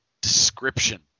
description